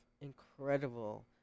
incredible